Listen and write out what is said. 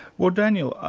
well daniel,